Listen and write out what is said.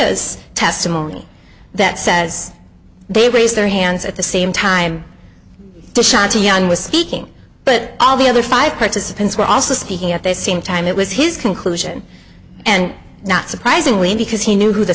garcia's testimony that says they raised their hands at the same time the shot a young was speaking but all the other five participants were also speaking at the same time it was his conclusion and not surprisingly because he knew who the